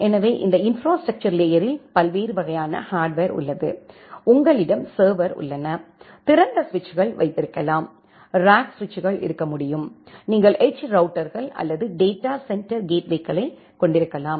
எனவே இந்த இன்ப்ராஸ்ட்ரக்சர் லேயரில் பல்வேறு வகையான ஹார்ட்வர் உள்ளது உங்களிடம் சர்வர் உள்ளன திறந்த சுவிட்சுகள் வைத்திருக்கலாம் ரேக் சுவிட்சுகள் இருக்க முடியும் நீங்கள் எட்ஜ் ரவுட்டர்கள் அல்லது டேட்டா சென்டர் கேட்வேக்களைக் கொண்டிருக்கலாம்